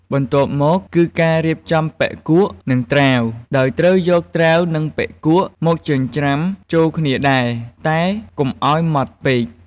បន្ទាប់មក គឺការរៀបចំបុិគក់ និងត្រាវ ដោយត្រូវយក ត្រាវ និង បុិគក់ មកចិញ្ច្រាំចូលគ្នាដែរ តែកុំឱ្យម៉ដ្ឋពេក។